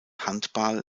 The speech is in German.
handball